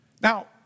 Now